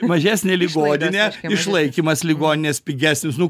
mažesnė ligoninė išlaikymas ligoninės pigesnis nu